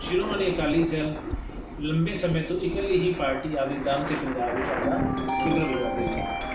ਸ਼੍ਰੋਮਣੀ ਅਕਾਲੀ ਦਲ ਲੰਬੇ ਸਮੇਂ ਤੋਂ ਇਕੱਲੀ ਹੀ ਪਾਰਟੀ ਆਪਦੇ ਦਮ 'ਤੇ ਪੰਜਾਬ ਵਿਚ ਆਪਦਾ ਵਿਗਲ ਵਜਾਉਂਦੀ ਰਹੀ